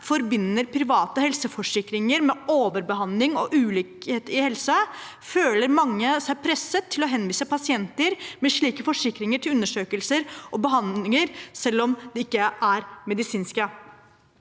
forbinder private helseforsikringer med overbehandling og ulikhet i helse, føler mange seg presset til å henvise pasienter med slike forsikringer til undersøkelser og behandlinger som ikke er medisinsk